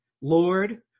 Lord